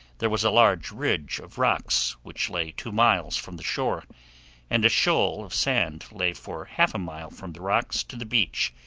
there was a large ridge of rocks, which lay two miles from the shore and a shoal of sand lay for half a mile from the rocks to the beach.